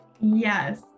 Yes